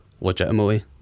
legitimately